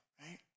right